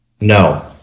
No